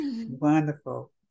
Wonderful